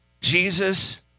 Jesus